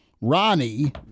Ronnie